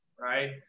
right